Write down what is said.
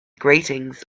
greetings